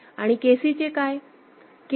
आणि KCचे काय